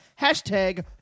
hashtag